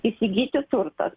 įsigyti turtą